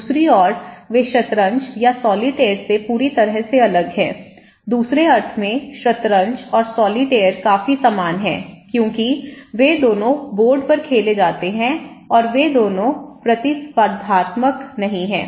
दूसरी ओर वे शतरंज या सॉलिटेयर से पूरी तरह से अलग हैं दूसरे अर्थ में शतरंज और सॉलिटेयर काफी समान हैं क्योंकि वे दोनों बोर्ड पर खेले जाते हैं और वे दोनों प्रतिस्पर्धात्मक नहीं हैं